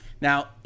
Now